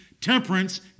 temperance